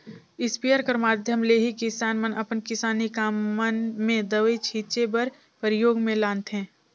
sprayer कर माध्यम ले ही किसान मन अपन किसानी काम मन मे दवई छीचे बर परियोग मे लानथे